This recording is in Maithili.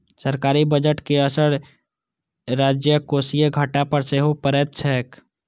सरकारी बजट के असर राजकोषीय घाटा पर सेहो पड़ैत छैक